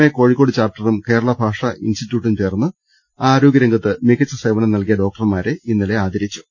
A Kozhikode ചാപ്റ്ററും കേരളാ ഭാഷാ ഇൻസ്റ്റിറ്റ്യൂട്ടും ചേർന്ന് ആരോഗ്യരംഗത്ത് മികച്ച സേവനം നൽകിയ ഡോക്ടർമാരെ ഇന്നലെ ആദരിച്ചു